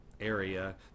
area